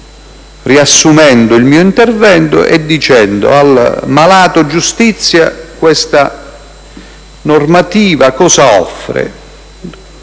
riassumo il mio intervento dicendo che al malato-giustizia questa normativa non offre